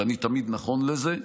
ואני תמיד נכון לזה,